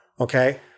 okay